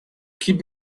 keep